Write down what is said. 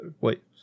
wait